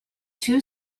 two